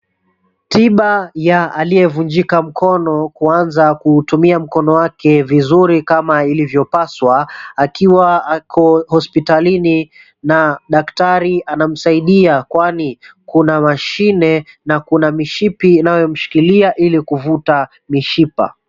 Tiba ya aliyevunjika mkono Kuanza kuutumia mkono wake vizuri kama ilivyopaswa akiwa ako hospitalini na daktari anamsaidia kwani kuna mashine na kuna mishipi inayomshikilia ili kuvuta mishipa.